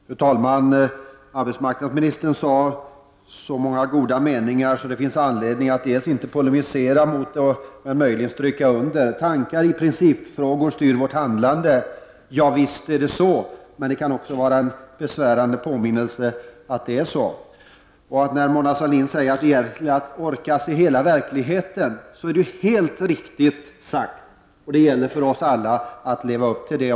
Fru talman! Arbetsmarknadsministern sade så många goda saker som det inte finns anledning att polemisera emot utan möjligen stryka under. Tankar i principfrågor styr vårt handlande. Ja, visst är det så, men det kan vara en besvärande påminnelse. Mona Sahlin säger att man måste orka se hela verkligheten. Det är helt riktigt. Det gäller för oss alla att leva upp till det.